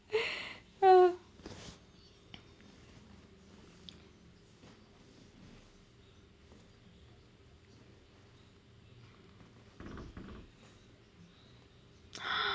oh